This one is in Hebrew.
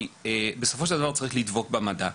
בסופו של דבר צריך לדבוק במדע.